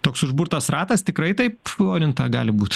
toks užburtas ratas tikrai taip orinta gali būt